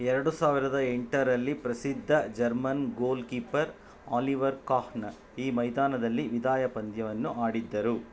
ಎರಡು ಸಾವಿರದ ಎಂಟರಲ್ಲಿ ಪ್ರಸಿದ್ಧ German goalkeeper Oliver Kahn ಈ ಮೈದಾನದಲ್ಲಿ ವಿದಾಯ ಪಂದ್ಯವನ್ನು ಆಡಿದ್ದರು